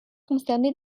concernés